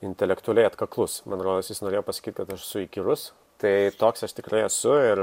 intelektualiai atkaklus man rodos jis norėjo pasakyt kad aš esu įkyrus tai toks aš tikrai esu ir